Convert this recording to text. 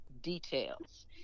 details